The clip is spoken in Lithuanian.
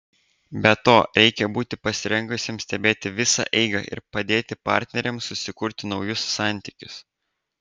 be to reikia būti pasirengusiam stebėti visą eigą ir padėti partneriams susikurti naujus santykius